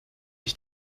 ich